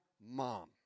mom